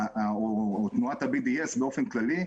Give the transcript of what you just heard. או תנועת ה-BDS באופן כללי,